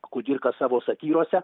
kudirka savo satyrose